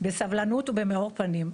בסבלנות ובמאור פנים.